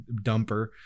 dumper